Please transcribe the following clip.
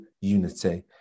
unity